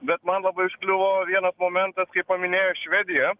bet man labai užkliuvo vienas momentas kai paminėjo švediją